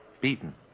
beaten